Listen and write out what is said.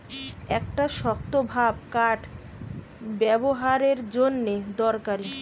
একটা শক্তভাব কাঠ ব্যাবোহারের জন্যে দরকারি